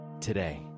today